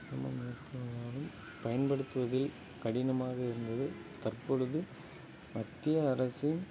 சிரமம் ஏற்படுவதாலும் பயன்படுத்துவதில் கடினமாக இருந்தது தற்பொழுது மத்திய அரசின்